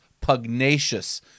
pugnacious